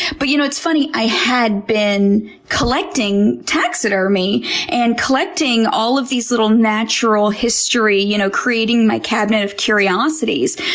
but you know what's funny? i had been collecting taxidermy and collecting all of these little natural history, you know creating my cabinet of curiosities.